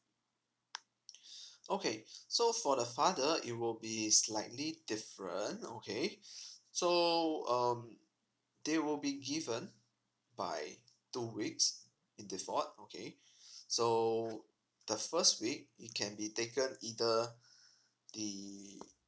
okay so for the father it will be slightly different okay so um they will be given by two weeks in default okay so the first week t can be taken either the